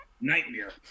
nightmare